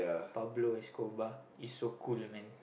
Pablo-Escobar is so cool you mean